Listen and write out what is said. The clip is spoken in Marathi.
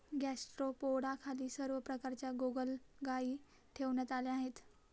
गॅस्ट्रोपोडाखाली सर्व प्रकारच्या गोगलगायी ठेवण्यात आल्या आहेत